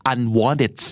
Unwanted